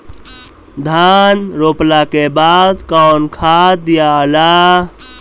धान रोपला के बाद कौन खाद दियाला?